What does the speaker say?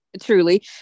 truly